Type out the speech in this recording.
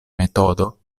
metodo